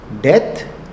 death